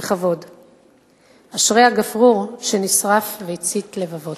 בכבוד / אשרי הגפרור שנשרף והצית לבבות".